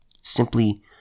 simply